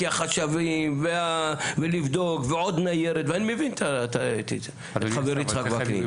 כי החשבים ולבדוק ועוד ניירת ואני מבין את חברי יצחק וקנין,